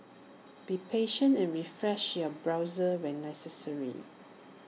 be patient and refresh your browser when necessary